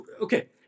Okay